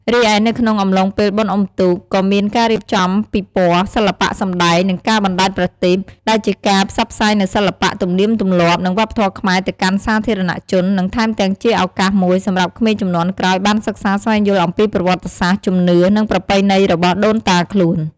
រីឯនៅក្នុងអំឡុងពេលបុណ្យអុំទូក ក៏មានការរៀបចំពិព័រណ៍ សិល្បៈ សម្ដែង និងការបណ្ដែតប្រទីប ដែលជាការផ្សព្វផ្សាយនូវសិល្បៈ ទំនៀមទម្លាប់ និងវប្បធម៌ខ្មែរទៅកាន់សាធារណជន និងថែមទាំងជាឱកាសមួយសម្រាប់ក្មេងជំនាន់ក្រោយបានសិក្សាស្វែងយល់អំពីប្រវត្តិសាស្ត្រ ជំនឿ និងប្រពៃណីរបស់ដូនតាខ្លួន។